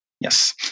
Yes